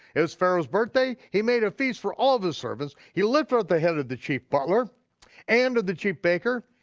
it was pharaoh's birthday, he made a feast for all the servants, he lifted up the head of the chief butler and of the chief baker,